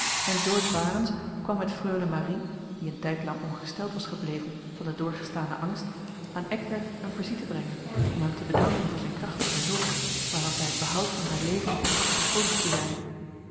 en george warens kwam met freule marie die een tijdlang ongesteld was gebleven van den doorgestanen angst aan eckbert eene visite brengen om hem te bedanken voor zijne krachtige hulp waaraan zij het behoud van haar leven achtte schuldig te zijn